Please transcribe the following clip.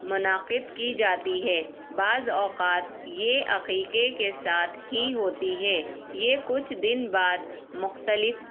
منعقد کی جاتی ہے بعض اوقات یہ عقیقے کے ساتھ ہی ہوتی ہے یہ کچھ دن بعد مختلف